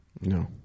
No